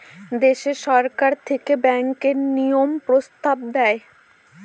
দেশে সরকার থেকে ব্যাঙ্কের নিয়ম প্রস্তাব দেয়